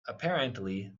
apparently